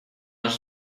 наш